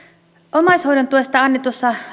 omaishoidon tuesta annetussa